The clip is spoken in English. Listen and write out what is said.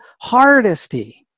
Hardesty